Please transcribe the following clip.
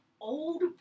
old